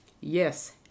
Yes